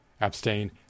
abstain